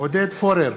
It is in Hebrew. עודד פורר,